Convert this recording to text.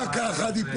היא לא פה,